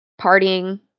partying